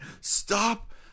stop